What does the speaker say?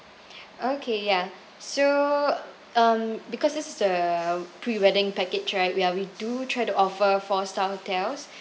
okay ya so um because this is a pre wedding package right we are we do try to offer four star hotels